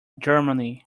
germany